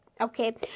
okay